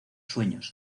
sueños